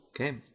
Okay